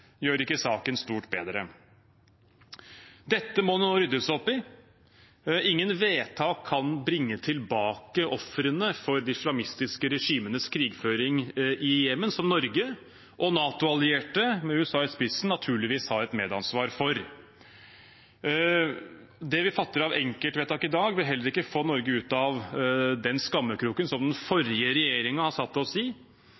gjør ikke saken stort bedre. Dette må det nå ryddes opp i. Ingen vedtak kan bringe tilbake ofrene for de islamistiske regimenes krigføring i Jemen, som Norge og NATO-allierte, med USA i spissen, naturligvis har et medansvar for. Det vi fatter av enkeltvedtak i dag, vil heller ikke få Norge ut av den skammekroken som den